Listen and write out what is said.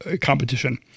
competition